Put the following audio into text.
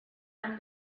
and